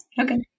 Okay